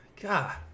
God